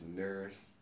nurse